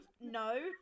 No